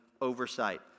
oversight